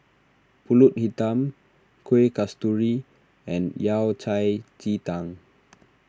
Pulut Hitam Kuih Kasturi and Yao Cai Ji Tang